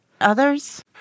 others